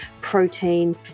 protein